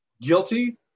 guilty